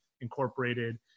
incorporated